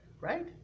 right